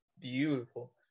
beautiful